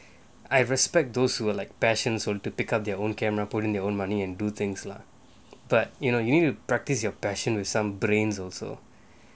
I respect those who were like passion sold to pick up their own camera putting their own money and do things lah but you know you need to practise your passion with some brains also